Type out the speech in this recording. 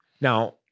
Now